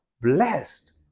blessed